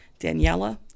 Daniela